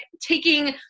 taking